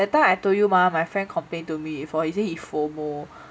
that time I told you mah my friend complain to me before he say he FOMO